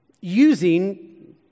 using